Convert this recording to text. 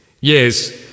Yes